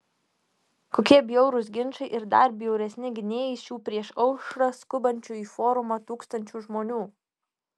kokie bjaurūs ginčai ir dar bjauresni gynėjai šių prieš aušrą skubančių į forumą tūkstančių žmonių